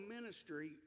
ministry